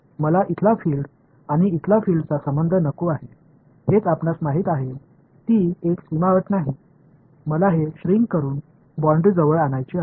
मला इथला फील्ड आणि इथला फील्डचा संबंध नको आहे हेच आपणास माहित आहे ती एक सीमा अट नाही मला हे श्रींक करून बाऊंड्री जवळ आणायचे आहे